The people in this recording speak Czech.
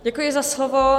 Děkuji za slovo.